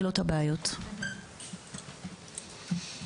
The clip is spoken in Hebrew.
אנחנו רגילים שילד בסבל צועק.